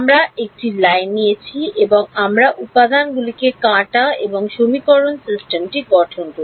আমরা একটি লাইননিয়েছি এবং আমরা উপাদানগুলিতে কাটা এবং সমীকরণ সিস্টেমটি গঠন করি